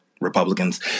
Republicans